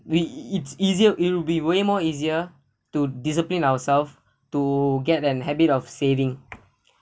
we it's easier it will be way more easier to discipline ourselves to get an habit of saving